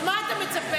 אז מה אתה מצפה?